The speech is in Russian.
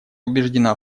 убеждена